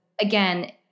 again